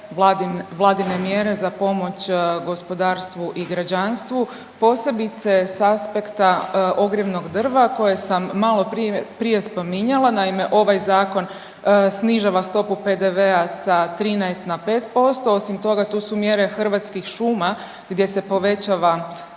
vladine mjere za pomoć gospodarstvu i građanstvu posebice sa aspekta ogrjevnog drva koje sam malo prije spominjala. Naime, ovaj zakon snižava stopu PDV-a sa 13 na 5%. Osim toga, tu su mjere Hrvatskih šuma gdje se povećava